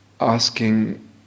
asking